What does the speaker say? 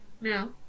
No